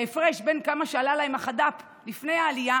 ההפרש בין כמה שעלה להם החד"פ לפני העלייה